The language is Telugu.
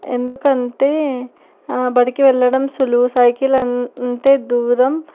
ఎందుకంటే బడికి వెళ్ళడం సులువు సైకిల్ అంటే దూరం